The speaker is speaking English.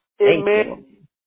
Amen